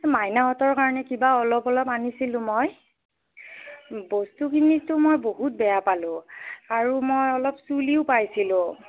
মাইনাহঁতৰ কাৰণে কিবা অলপ অলপ আনিছিলোঁ মই বস্তুখিনিতো মই বহুত বেয়া পালোঁ আৰু মই অলপ চুলিও পাইছিলোঁ